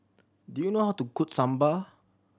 do you know how to cook Sambar